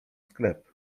sklep